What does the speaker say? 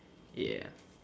ya